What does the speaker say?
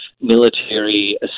military